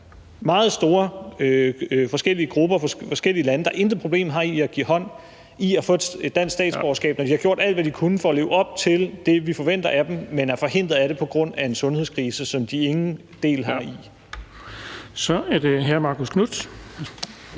meget store forskellige grupper fra forskellige lande – der intet problem har med at give hånd, i at få et dansk statsborgerskab, når de har gjort alt, hvad de kunne for at leve op til det, vi forventer af dem, men er forhindret i det på grund af en sundhedskrise, som de ingen del har i. Kl. 13:11 Den fg.